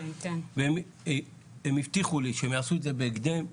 הם הבטיחו לי שהם יעשו את זה בהקדם,